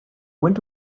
went